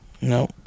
No